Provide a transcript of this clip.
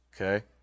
Okay